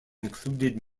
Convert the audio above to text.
included